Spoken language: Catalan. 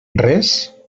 res